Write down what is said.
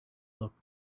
looked